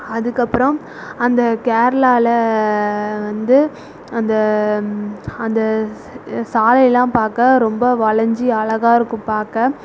அதுக்கப்புறம் அந்த கேரளாவில் வந்து அந்த அந்த சாலையெலாம் பார்க்க ரொம்ப வளைஞ்சி அழகாருக்கும் பார்க்க